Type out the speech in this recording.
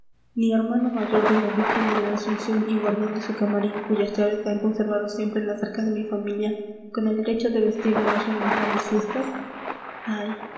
ni hermano mayor de la virgen de la asunción y guardián de su camarín cuyas llaves se han conservado siempre en las arcas de mi familia con el derecho de vestir la imagen en las grandes fiestas ay